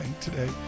today